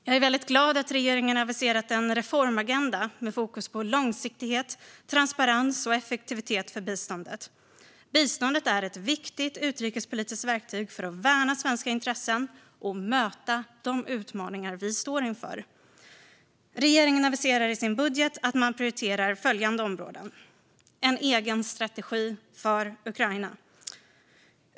Jag är väldigt glad att regeringen har aviserat en reformagenda med fokus på långsiktighet, transparens och effektivitet för biståndet. Biståndet är ett viktigt utrikespolitiskt verktyg för att värna svenska intressen och möta de utmaningar vi står inför. Jag ska nu redogöra för vilka områden regeringen i sin budget aviserar att man ska prioritera. Ett av dem är en egen strategi för Ukraina.